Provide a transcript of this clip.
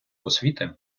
освіти